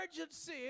urgency